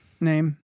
name